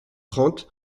trente